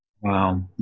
Wow